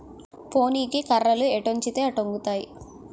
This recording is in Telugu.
పోనీకి కర్రలు ఎటొంచితే అటొంగుతాయి